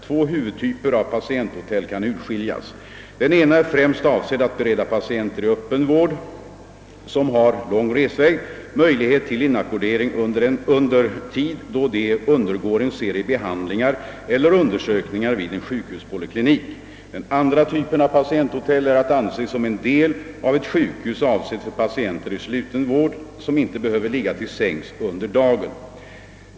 Två huvudtyper av patienthotell kan urskiljas. Den ena är främst avsedd att bereda patienter i öppen vård, som har lång resväg, möjlighet till inackordering under tid då de undergår en serie behandlingar eller undersökningar vid en sjukhuspoliklinik. Den andra typen av patienthotell är att anse som en del av ett sjukhus, avsedd för patienter i sluten vård som inte behöver ligga till sängs under dagen.